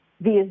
via